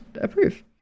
approve